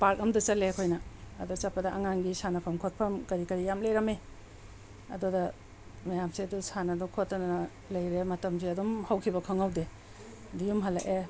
park ꯑꯃꯗ ꯆꯠꯂꯦ ꯑꯩꯈꯣꯏꯅ ꯑꯗ ꯆꯠꯄꯗ ꯑꯉꯥꯡꯒꯤ ꯁꯥꯟꯅꯐꯝ ꯈꯣꯠꯐꯝ ꯀꯔꯤ ꯀꯔꯤ ꯌꯥꯝ ꯂꯩꯔꯝꯃꯤ ꯑꯗꯨꯗ ꯃꯌꯥꯝꯁꯦ ꯑꯗꯨ ꯁꯥꯟꯅꯗꯅ ꯈꯣꯠꯇꯅ ꯂꯩꯔꯦ ꯃꯇꯝꯁꯦ ꯑꯗꯨꯝ ꯍꯧꯈꯤꯕ ꯈꯪꯍꯧꯗꯦ ꯑꯗꯒꯤ ꯌꯨꯝ ꯍꯜꯂꯛꯑꯦ